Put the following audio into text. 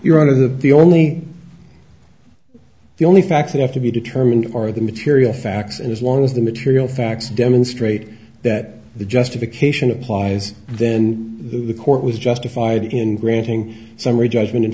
you're out of the only the only facts you have to be determined are the material facts and as long as the material facts demonstrate that the justification applies then the court was justified in granting summary judgment in